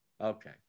Okay